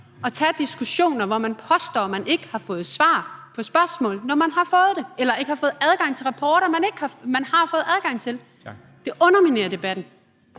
at have diskussioner, hvor man påstår, at man ikke har fået svar på spørgsmål, når man har fået det, eller at man siger, at man ikke har fået adgang til rapporter, som man har fået adgang til. Det underminerer debatten.